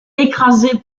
écrasée